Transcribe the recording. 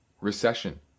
recession